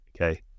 Okay